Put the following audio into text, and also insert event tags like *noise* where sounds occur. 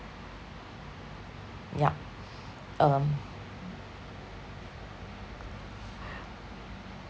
yup *noise* mm